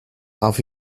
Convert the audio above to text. auf